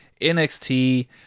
NXT